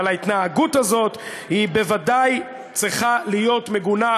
אבל ההתנהגות הזאת בוודאי צריכה להיות מגונה,